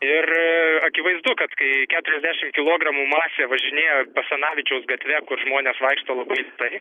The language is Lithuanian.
ir akivaizdu kad kai keturiasdešim kilogramų masė važinėja basanavičiaus gatve kur žmonės vaikšto labai tai